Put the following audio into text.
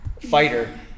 fighter